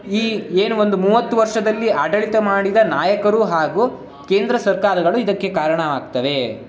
ಈ ಏನು ಒಂದು ಮೂವತ್ತು ವರ್ಷದಲ್ಲಿ ಆಡಳಿತ ಮಾಡಿದ ನಾಯಕರು ಹಾಗೂ ಕೇಂದ್ರ ಸರ್ಕಾರಗಳು ಇದಕ್ಕೆ ಕಾರಣವಾಗ್ತವೆ